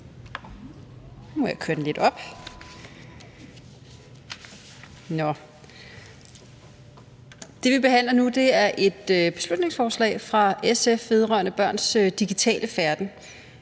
Mette Thiesen (NB): Det, vi behandler nu, er et beslutningsforslag fra SF vedrørende børns digitale færden.